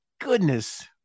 goodness